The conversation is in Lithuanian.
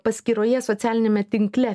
paskyroje socialiniame tinkle